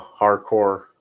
hardcore